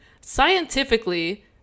Scientifically